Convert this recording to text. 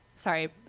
Sorry